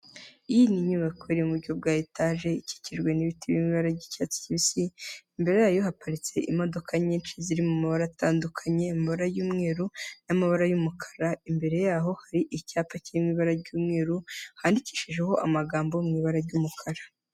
Iyi ni inyubako iri mu buryo bwa etaje ikikijwe n'ibiti biri mu ibara ry'icyatsi kibisi, imbere yayo haparitse imodoka nyinshi ziri mu mabara atandukanye, mu mabara y'umweru n'amabara y'umukara, imbere yaho hari icyapa kirimo ibara ry'umweru handikishijeho amagambo mu ibara ry'umukara.